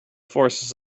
forces